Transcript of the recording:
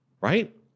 right